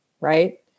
Right